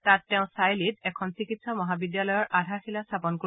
তাত ছায়লীত এখন চিকিৎসা মহাবিদ্যালয়ৰ আধাৰশিলা স্থাপন কৰিব